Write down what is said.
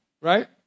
Right